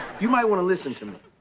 you might wanna listen to me.